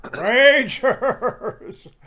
Rangers